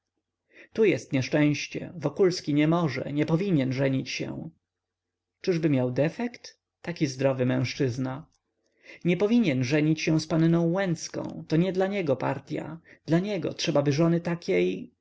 tu jest nieszczęście wokulski nie może nie powinien żenić się czyżby miał defekt taki zdrowy mężczyzna nie powinien żenić się z panną łęcką to nie dla niego partya dla niego trzebaby żony takiej